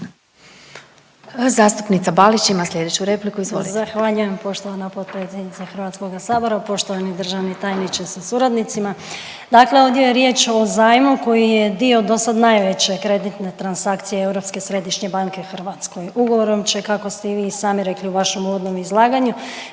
**Balić, Marijana (HDZ)** Zahvaljujem poštovana potpredsjednice HS-a, poštovani državni tajniče sa suradnicima. Dakle ovdje je riječ o zajmu koji je dio dosad najveće kreditne transakcije Europske središnje banke Hrvatskoj. Ugovorom će, kako ste i vi sami rekli u vašem uvodnom izlaganju